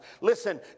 listen